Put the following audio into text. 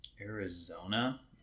Arizona